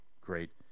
great